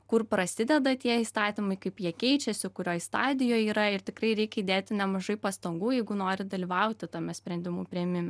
kur prasideda tie įstatymai kaip jie keičiasi kurioj stadijoj yra ir tikrai reikia įdėti nemažai pastangų jeigu nori dalyvauti tame sprendimų priėmime